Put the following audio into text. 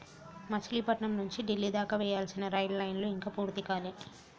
మచిలీపట్నం నుంచి డిల్లీ దాకా వేయాల్సిన రైలు లైను ఇంకా పూర్తి కాలే